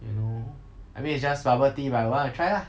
you know I mean it's just bubble tea but I want to try lah